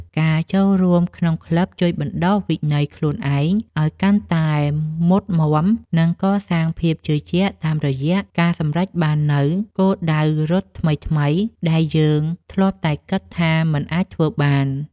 ការចូលរួមក្នុងក្លឹបជួយបណ្ដុះវិន័យខ្លួនឯងឱ្យកាន់តែមុតមាំ និងកសាងភាពជឿជាក់តាមរយៈការសម្រេចបាននូវគោលដៅរត់ថ្មីៗដែលយើងធ្លាប់តែគិតថាមិនអាចធ្វើបាន។